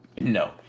No